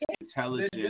intelligence